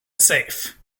safe